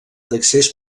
d’accés